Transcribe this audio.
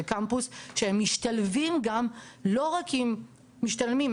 זה קמפוס שהם משתלבים גם לא רק עם משתלמים,